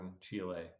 Chile